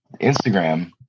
Instagram